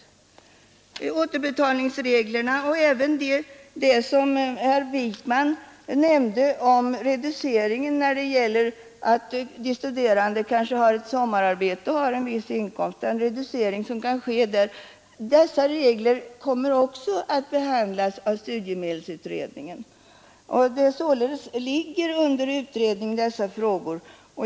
Studiemedelsutredningen kommer också att behandla återbetalningsreglerna och även det som herr Wijkman nämnde om den reducering som kan ske om de studerande har ett sommararbete och får en viss inkomst av det. Dessa frågor är alltså under utredning.